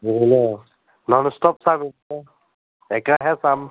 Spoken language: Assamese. নন ষ্টপ চাম একেৰাহে চাম